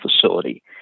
facility